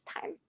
time